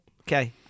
okay